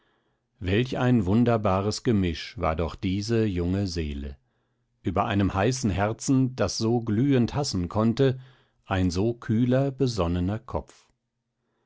welch ein wunderbares gemisch war doch diese junge seele ueber einem heißen herzen das so glühend hassen konnte ein so kühler besonnener kopf